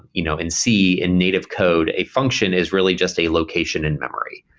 you know and c in native code, a function is really just a location in-memory.